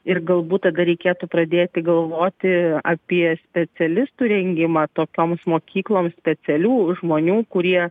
ir galbūt tada reikėtų pradėti galvoti apie specialistų rengimą tokioms mokykloms specialių žmonių kurie